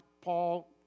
Paul